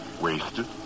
Wasted